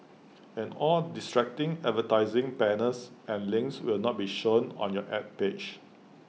and all distracting advertising banners and links will not be shown on your Ad page